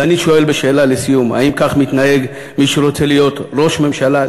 ואני שואל בשאלה לסיום: האם כך מתנהג מי שרוצה להיות ראש ממשלה,